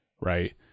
right